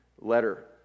letter